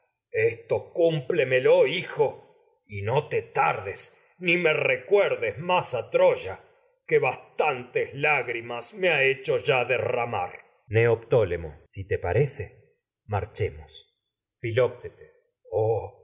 esto cúmplemelo hijo y no te tardes ni me recuerdes más ya a troya que bas tantes lágrimas me ha hecho derramar marchemos más generosa neoptólemo filoctetes si te parece